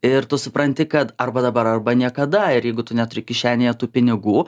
ir tu supranti kad arba dabar arba niekada ir jeigu tu neturi kišenėje tų pinigų